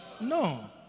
No